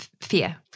Fear